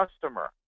customer